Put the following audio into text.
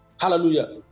Hallelujah